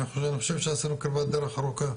אני חושב שעשינו כברת דרך ארוכה,